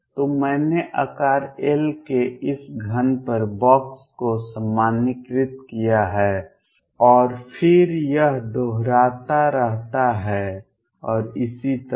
तो मैंने आकार L के इस घन पर बॉक्स को सामान्यीकृत किया है और फिर यह दोहराता रहता है और इसी तरह